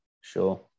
sure